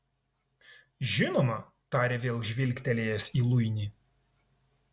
žinoma tarė vėl žvilgtelėjęs į luinį